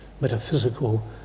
metaphysical